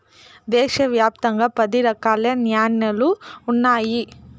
దేశ వ్యాప్తంగా పది రకాల న్యాలలు ఉన్నాయి